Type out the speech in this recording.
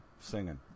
singing